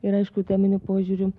ir aišku teminiu požiūriu